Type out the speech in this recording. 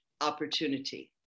opportunity